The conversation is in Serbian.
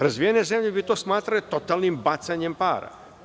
Razvijene zemlje bi to smatrale totalnim bacanjem para.